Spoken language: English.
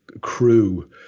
crew